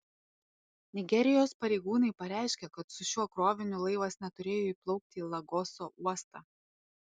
nigerijos pareigūnai pareiškė kad su šiuo kroviniu laivas neturėjo įplaukti į lagoso uostą